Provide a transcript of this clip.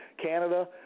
canada